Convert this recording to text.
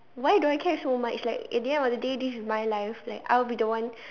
why do I care so much like at the end of the day this is my life like I'll be the one